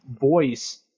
voice